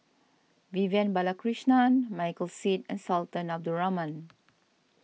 Vivian Balakrishnan Michael Seet and Sultan Abdul Rahman